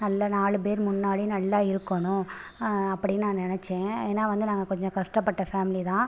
நல்ல நாலு பேர் முன்னாடி நல்லா இருக்கணும் அப்படின்னு நான் நினச்சேன் ஏன்னால் வந்து நாங்கள் கொஞ்சம் கஷ்டப்பட்ட ஃபேமிலி தான்